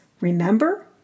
Remember